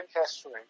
history